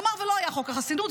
נאמר שלא היה חוק החסינות,